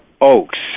Oaks